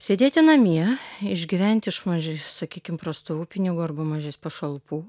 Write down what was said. sėdėti namie išgyventi iš maže sakykim prastovų pinigų arba mažes pašalpų